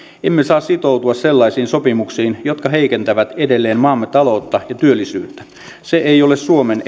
emme saa sitoutua sellaisiin sopimuksiin jotka heikentävät edelleen maamme taloutta ja työllisyyttä se ei ole suomen